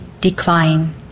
decline